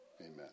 Amen